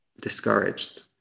discouraged